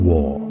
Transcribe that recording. War